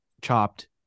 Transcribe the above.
Chopped